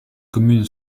commune